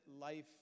life